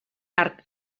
arc